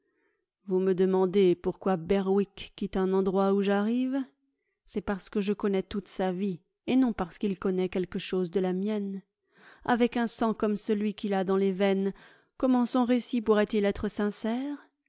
vous me demandez pourquoi berwick quitte un endroit où j'arrive c'est parce que je connais toute sa vie et non parce qu'il connaît quelque chose de la mienne avec un sang comme celui qu'il a dans les veines comment son récit pourrait-il être sincère